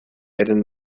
eren